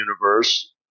universe